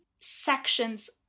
sections